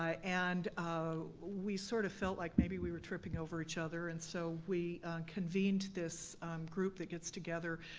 ah and ah we sort of felt like maybe we were tripping over each other, and so we convened this group that gets together